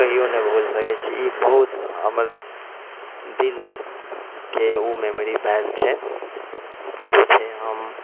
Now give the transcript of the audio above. कहिओ नहि भुलि सकै छी ई बहुत हमर दिलके ओ मेमोरीमे भेल छै जइसे हम